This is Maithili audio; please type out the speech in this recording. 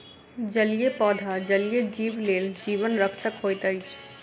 जलीय पौधा जलीय जीव लेल जीवन रक्षक होइत अछि